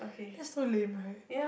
that's so lame right